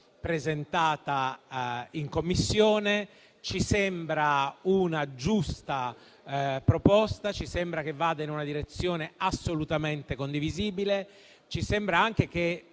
presentata in Commissione. Ci sembra una giusta proposta che vada in una direzione assolutamente condivisibile. Ci sembra anche che